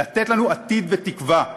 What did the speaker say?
לתת לנו עתיד ותקווה,